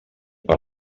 per